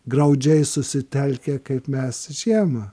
graudžiai susitelkę kaip mes žiemą